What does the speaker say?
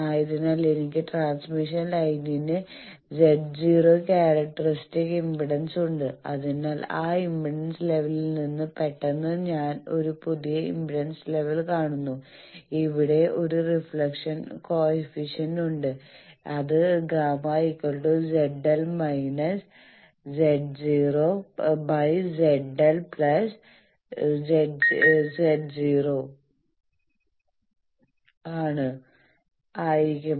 ആയതിനാൽ എനിക്ക് ട്രാൻസ്മിഷൻ ലൈനിന് Z0 ക്യാരറ്റ്സ്റ്റിക്ക് ഇംപെഡൻസ് ഉണ്ട് അതിനാൽ ആ ഇംപെഡൻസ് ലെവലിൽ നിന്ന് പെട്ടെന്ന് ഞാൻ ഒരു പുതിയ ഇംപെഡൻസ് ലെവൽ ZL കാണുന്നു അവിടെ ഒരു റിഫ്ലക്ഷൻ ഉണ്ടാകും തുടർന്ന് reflection coefficient Γ ZL−Z0 ZL Z0 ആയിരിക്കും